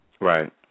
Right